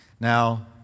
Now